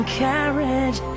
carriage